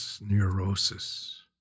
neurosis